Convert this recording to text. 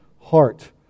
heart